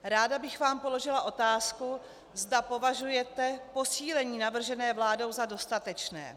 Ráda bych vám položila otázku, zda považujete posílení navržené vládou za dostatečné.